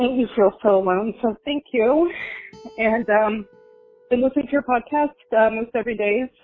you feel so alone. so thank you and um then listen to your podcast most every day.